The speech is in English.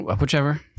whichever